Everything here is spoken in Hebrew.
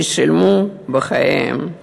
ששילמו בחייהם.